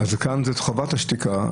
כאן זאת חובת השתיקה.